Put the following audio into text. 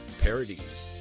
Parodies